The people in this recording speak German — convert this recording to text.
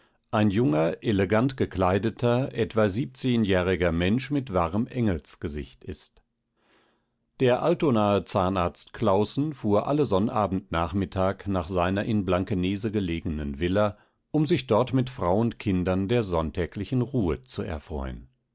ein junger elegant gekleideter etwa siebzehnjähriger mensch mit wahrem engelsgesicht ist der altonaer zahnarzt claußen fuhr alle sonnabend nachmittag nach seiner in blankenese belegenen villa um sich dort mit frau und kindern der sonntäglichen ruhe zu erfreuen